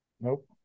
Nope